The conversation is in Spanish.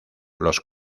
los